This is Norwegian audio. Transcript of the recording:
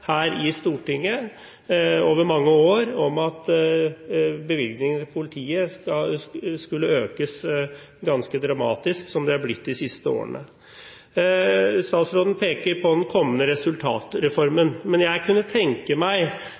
her i Stortinget over mange år om at bevilgningene til politiet skulle økes ganske dramatisk, slik de har blitt de siste årene. Statsråden peker på den kommende resultatreformen. Men jeg kunne tenke meg